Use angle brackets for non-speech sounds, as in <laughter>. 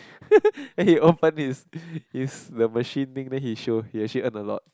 <laughs> and he how fun is is the machine thing then he show actually he earn a lot